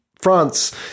France